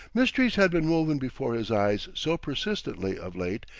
mysteries had been woven before his eyes so persistently, of late,